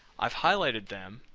i've highlighted them,